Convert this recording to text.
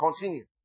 Continue